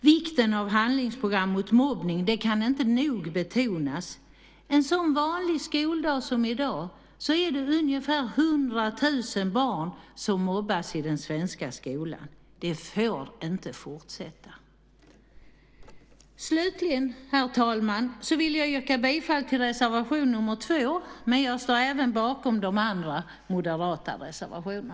Vikten av handlingsprogram mot mobbning kan inte nog betonas. En vanlig skoldag som i dag blir ungefär 100 000 barn mobbade i den svenska skolan. Det får inte fortsätta! Slutligen, herr talman, vill jag yrka bifall till reservation nr 2, men jag står bakom även de andra moderata reservationerna.